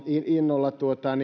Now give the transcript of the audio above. innolla